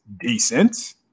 decent